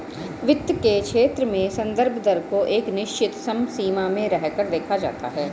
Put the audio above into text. वित्त के क्षेत्र में संदर्भ दर को एक निश्चित समसीमा में रहकर देखा जाता है